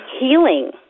healing